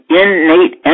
innate